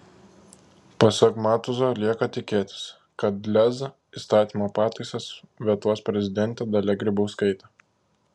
pasak matuzo lieka tikėtis kad lez įstatymo pataisas vetuos prezidentė dalia grybauskaitė